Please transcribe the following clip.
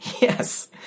Yes